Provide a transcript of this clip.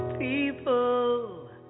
people